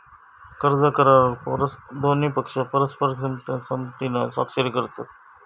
कर्ज करारावर दोन्ही पक्ष परस्पर संमतीन स्वाक्षरी करतत